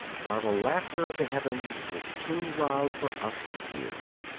while the laughter of the heavens is too loud for us to hear.